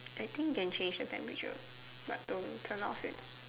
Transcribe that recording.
I think can change the temperature but don't turn off it